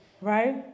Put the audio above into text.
right